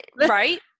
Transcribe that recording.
right